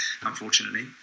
Unfortunately